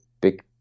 big